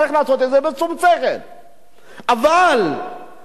אבל עד שהם הולכים, מה אתם רוצים שהם יעשו?